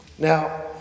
Now